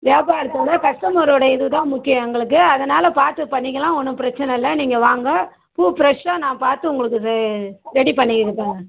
வியாபாரத்தோடு கஸ்டமரோடு இதுதான் முக்கியம் எங்களுக்கு அதனால் பார்த்து பண்ணிக்கலாம் ஒன்றும் பிரச்சனை இல்லை நீங்கள் வாங்க பூ ஃப்ரெஷ்ஷாக நான் பார்த்து உங்களுக்கு ரெ ரெடி பண்ணி தரேன்